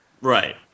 Right